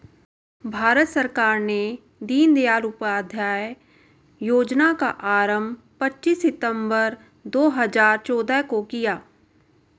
भारत सरकार ने दीनदयाल उपाध्याय योजना का आरम्भ पच्चीस सितम्बर दो हज़ार चौदह को किया